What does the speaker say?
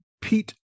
Pete